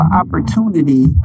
opportunity